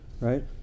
right